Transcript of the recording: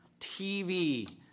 TV